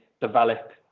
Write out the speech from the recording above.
develop